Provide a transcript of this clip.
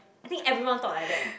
I think everyone thought like that